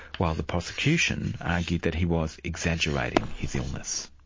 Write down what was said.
while the prosecution argued that he was exaggerating his illness.